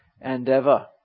endeavor